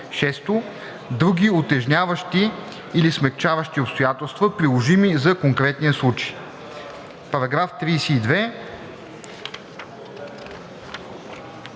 6. други утежняващи или смекчаващи обстоятелства, приложими за конкретния случай.“ § 32.